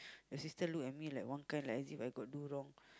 your sister look at me like one guy like as if I got do wrong